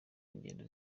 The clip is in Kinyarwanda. ingendo